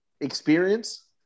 experience